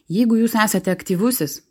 jeigu jūs esate aktyvusis